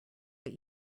but